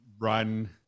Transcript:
run